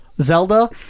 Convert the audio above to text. Zelda